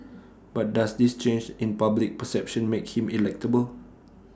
but does this change in public perception make him electable